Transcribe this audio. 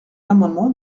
l’amendement